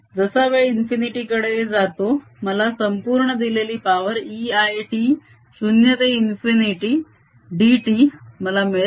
जसा वेळ इन्फिनिटी कडे जातो मला संपूर्ण दिलेली पावर E I t 0 ते इंफिनिटी d t मला मिळेल